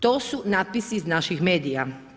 To su natpisi iz naših medija.